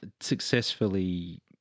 successfully